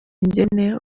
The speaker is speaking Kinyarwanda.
ingene